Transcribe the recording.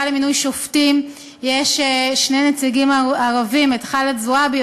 לבחירת שופטים יש שני נציגים ערבים: ח'אלד זועבי,